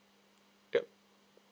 yup